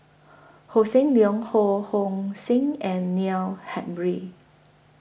Hossan Leong Ho Hong Sing and Neil Humphreys